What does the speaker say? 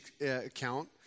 account